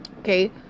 Okay